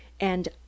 and